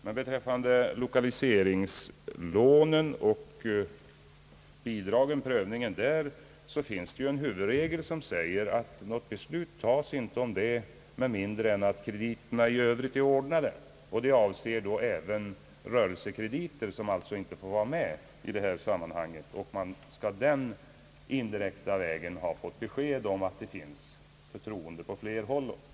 Men beträffande lokaliseringslånen och bidragsprövningen finns det ju en regel, som säger att något beslut inte fattas därom med mindre än att krediterna i övrigt är ordnade. Det avser då även rörelsekrediter, som alltså inte kan beviljas som lokaliseringslån. Man kan den indirekta vägen få besked om hu ruvida det finns förtroende även på andra håll.